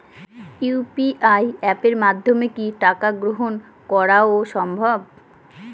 UPI অ্যাপের মাধ্যমে কি টাকা গ্রহণ করাও সম্ভব?